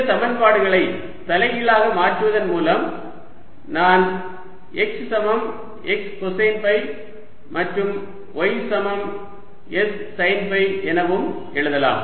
இந்த சமன்பாடுகளை தலைகீழாக மாற்றுவதன் மூலம் நான் x சமம் s கொசைன் ஃபை மற்றும் y சமம் s சைன் ஃபை எனவும் எழுதலாம்